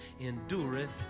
endureth